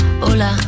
hola